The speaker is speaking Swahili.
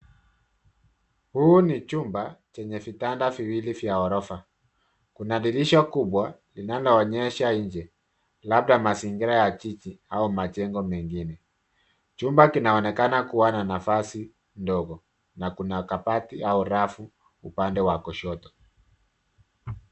Huu ni chumba chenye vitanda viwili vya ghorofa. Kuna dirisha kubwa inaloonyesha nje. Labda mazingira ya jiji au majengo mengine. Chumba kinaonekana kuwa na nafasi ndogo na kuna kabati au rafu upande wa kushoto.